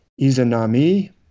Izanami